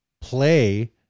play